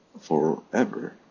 forever